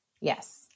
Yes